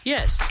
Yes